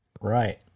Right